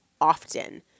often